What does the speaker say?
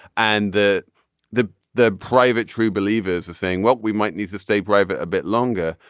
and the the the private true believers are saying what we might need to stay private a bit longer.